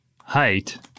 height